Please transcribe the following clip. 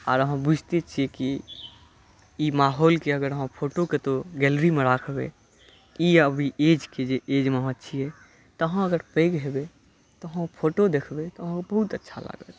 आर आहाँ बुझिते छियै कि ई माहौलके अगर आहाँ फोटो कतौ गैलरीमे राखबै ई एजके जाहि एजमे आहाँ छियै तऽ आहाँ अगर पैघ हेबै तऽ आहाँ ओ फोटो देखबै तऽ बहुत अच्छा लागत